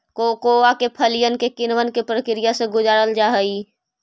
cocoa के फलियन के किण्वन के प्रक्रिया से गुजारल जा हई